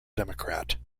democrat